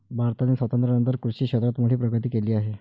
भारताने स्वातंत्र्यानंतर कृषी क्षेत्रात मोठी प्रगती केली आहे